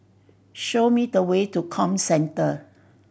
show me the way to Comcentre